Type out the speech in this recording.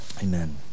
Amen